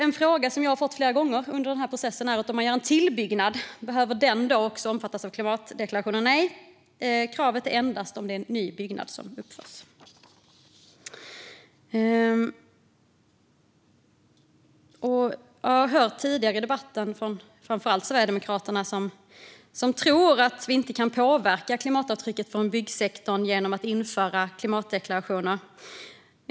En fråga som jag har fått fler gånger under processen är: Om man gör en tillbyggnad - behöver den då också omfattas av klimatdeklarationen? Nej, kravet gäller endast om det är en ny byggnad som uppförs. Jag har hört tidigare i debatten, framför allt från Sverigedemokraterna, att man tror att vi inte kan påverka klimatavtrycket från byggsektorn genom att införa klimatdeklarationer.